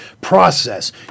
process